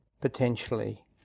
potentially